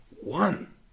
one